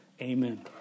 Amen